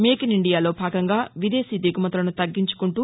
మేకిస్ ఇండియాలో భాగంగా విదేశీ దిగుమతులను తగ్గించుకుంటూ